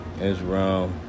Israel